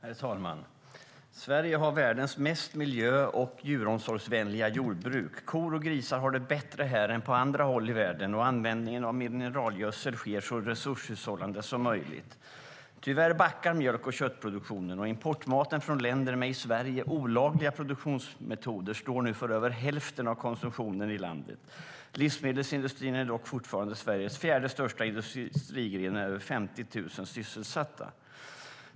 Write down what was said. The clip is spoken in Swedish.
Herr talman! Sverige har världens mest miljö och djuromsorgsvänliga jordbruk. Kor och grisar har det bättre här än på andra håll i världen, och användningen av mineralgödsel sker så resurshushållande som möjligt. Tyvärr backar mjölk och köttproduktionen, och importmaten från länder med i Sverige olagliga produktionsmetoder står nu för över hälften av konsumtionen i landet. Livsmedelsindustrin är dock fortfarande Sveriges fjärde största industrigren med över 50 000 sysselsatta.